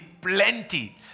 plenty